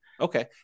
Okay